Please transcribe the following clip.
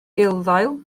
gulddail